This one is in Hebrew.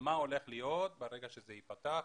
מה הולך להיות ברגע שזה ייפתח,